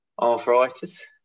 arthritis